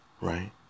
right